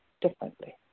differently